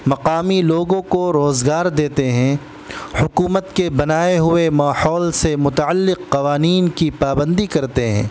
مقامی لوگوں کو روزگار دیتے ہیں حکومت کے بنائے ہوئے ماحول سے متعلق قوانین کی پابندی کرتے ہیں